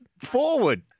forward